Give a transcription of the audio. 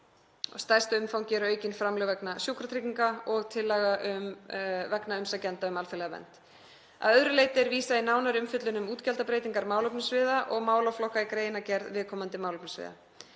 Stærst að umfangi eru aukin framlög vegna sjúkratrygginga og tillaga um vegna umsækjenda um alþjóðlega vernd. Að öðru leyti er vísað í nánari umfjöllun um útgjaldabreytingar málefnasviða og málaflokka í greinargerð viðkomandi málefnasviða.